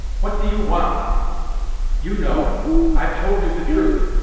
what do you want you know i've told you the truth